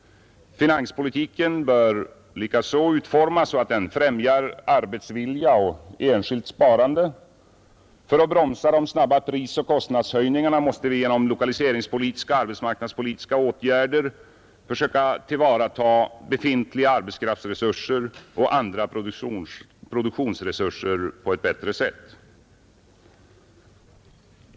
Finanspolitiken bör likaså utformas så att den främjar arbetsvilja och enskilt sparande. För att bromsa de snabba prisoch kostnadshöjningarna måste vi genom lokaliseringspolitiska och arbetsmarknadspolitiska åtgärder söka tillvarata befintliga arbetskraftsresurser och andra produktionsresurser på ett bättre sätt.